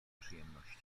przyjemności